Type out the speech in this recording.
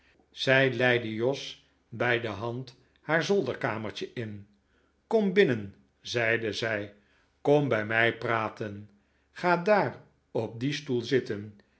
zij leidde jos bij de hand haar zolderkamertje in kom binnen zeide zij kom bij mij praten ga daar op dien stoel zitten